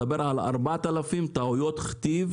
מדבר על ארבעת אלפים טעויות כתיב